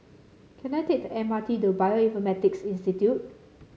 can I take the M R T to Bioinformatics Institute